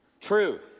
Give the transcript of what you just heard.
truth